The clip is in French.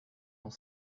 dans